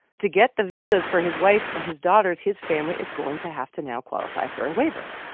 to get the visas for his wife and his daughters his family is going to have to now qualify for a waiver.